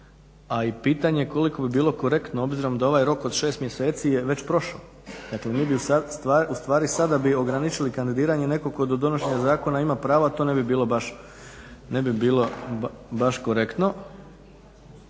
a i pitanje koliko bi bilo korektno obzirom da ovaj rok od 6 mjeseci je već prošao. Dakle mi bi sad, ustvari sada bi ograničili kandidiranje nekog tko do donošenja zakona ima pravo, a to ne bi bilo baš korektno,